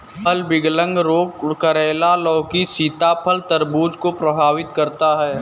फल विगलन रोग करेला, लौकी, सीताफल, तरबूज को प्रभावित करता है